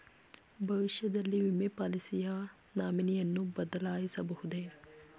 ಭವಿಷ್ಯದಲ್ಲಿ ವಿಮೆ ಪಾಲಿಸಿಯ ನಾಮಿನಿಯನ್ನು ಬದಲಾಯಿಸಬಹುದೇ?